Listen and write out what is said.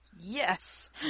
Yes